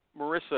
Marissa